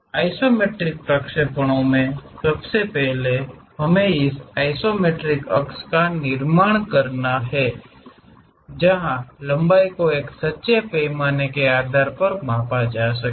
isometric प्रक्षेपणों में सबसे पहले हमें इस आइसोमेट्रिक अक्ष का निर्माण करना होता है जहाँ लंबाई को एक सच्चे पैमाने के आधार पर मापा जा सके